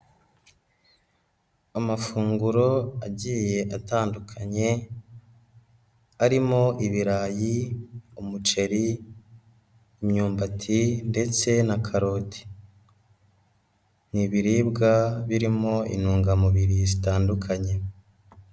Amafunguro agiye atandukanye, arimo ibirayi, umuceri, imyumbati ndetse na karoti, ni ibiribwa birimo intungamubiri zitandukanye.